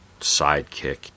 sidekick